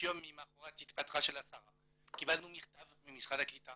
יום לאחר שהשרה התפטרה קיבלנו מכתב ממשרד העלייה והקליטה